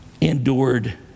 endured